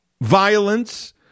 violence